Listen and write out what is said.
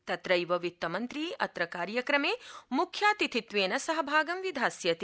तत्रैव वित्तमन्त्री अत्र कार्यक्रमे मुख्यातिथित्वेन सहभागं विधास्यति